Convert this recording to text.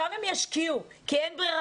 שם הם כי אין ברירה,